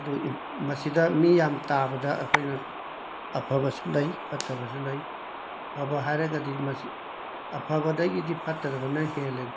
ꯑꯗꯣ ꯃꯁꯤꯗ ꯃꯤ ꯌꯥꯝꯅ ꯇꯥꯕꯗ ꯑꯩꯈꯣꯏꯅ ꯑꯐꯕꯁꯨ ꯂꯩ ꯐꯠꯇꯕꯁꯨ ꯂꯩ ꯑꯐꯕ ꯍꯥꯏꯔꯒꯗꯤ ꯃꯁꯤ ꯑꯐꯕꯗꯒꯤꯗꯤ ꯐꯠꯇꯕꯅ ꯍꯦꯜꯂꯦ